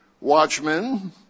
watchmen